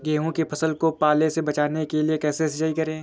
गेहूँ की फसल को पाले से बचाने के लिए कैसे सिंचाई करें?